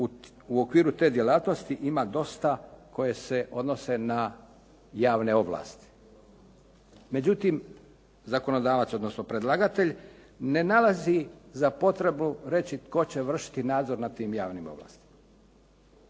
u okviru te djelatnosti ima dosta koje se odnose na javne ovlasti. Međutim zakonodavac, odnosno predlagatelj ne nalazi za potrebu reći tko će vršiti nadzor nad tim javnim ovlastima.